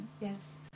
Yes